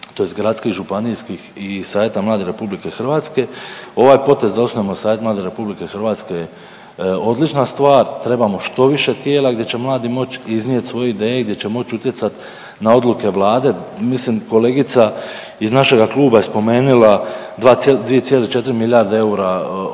tj. gradskih, županijskih i Savjeta mladih RH, ovaj potez da osnujemo Savjet mladih RH je odlična stvar, trebamo što više tijela gdje će mladi moći iznijeti svoje ideje, gdje će moći utjecati na odluke Vlade, mislim, kolegica iz našega kluba je spomenila 2,4 milijarde eura ulaganju